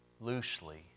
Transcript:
loosely